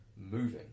moving